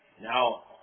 Now